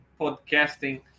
podcasting